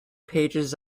pages